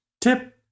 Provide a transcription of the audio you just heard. Tip